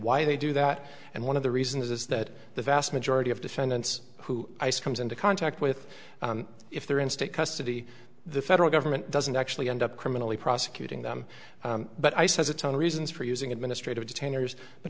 why they do that and one of the reasons is that the vast majority of defendants who comes into contact with if they're in state custody the federal government doesn't actually end up criminally prosecuting them but ice has its own reasons for using administrative detainers but